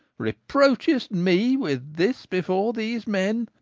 reproachest me with this before these men.